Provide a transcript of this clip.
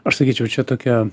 aš sakyčiau čia tokia